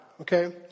okay